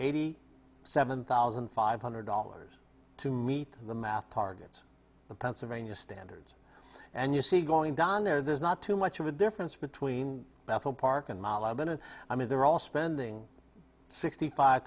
eighty seven thousand five hundred dollars to meet the math targets the pennsylvania standards and you see going down there there's not too much of a difference between bethel park and milo bennett i mean they're all spending sixty five